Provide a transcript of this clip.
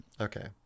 Okay